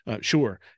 Sure